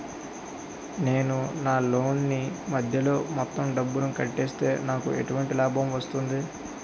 నేను నా లోన్ నీ మధ్యలో మొత్తం డబ్బును కట్టేస్తే నాకు ఎటువంటి లాభం వస్తుంది?